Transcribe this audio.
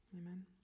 Amen